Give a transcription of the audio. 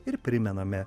ir primename